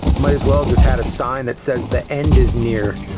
might as well just had a sign that says, the end is near.